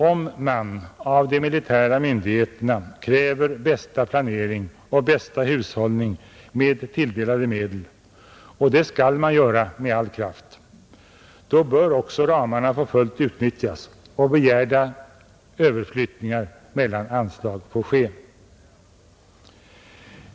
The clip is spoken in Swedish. Om man av de militära myndigheterna kräver bästa planering och bästa hushållning med tilldelade medel — och det skall man göra med all kraft — då bör också ramarna få fullt utnyttjas och begärda överflyttningar mellan anslag få ske.